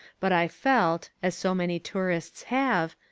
but i felt, as so many tourists have,